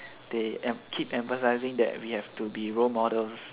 there keep emphasizing that we have to be role models